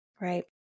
Right